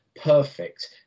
perfect